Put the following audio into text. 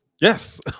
yes